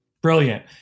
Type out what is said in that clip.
brilliant